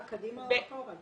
קדימה או אחורה?